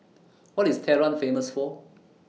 What IS Tehran Famous For